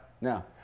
no